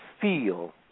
feel